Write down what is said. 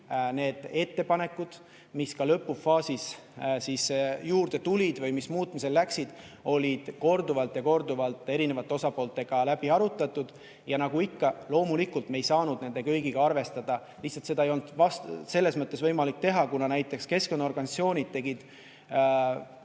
need ettepanekud, mis ka lõpufaasis juurde tulid või mis muutmisele läksid, on korduvalt ja korduvalt erinevate osapooltega läbi arutatud. Ja nagu ikka, loomulikult me ei saanud nende kõigiga arvestada. Lihtsalt seda ei olnud selles mõttes võimalik teha, kuna näiteks kümned ja